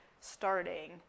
starting